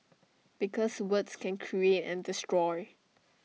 because words can create and destroy